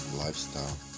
lifestyle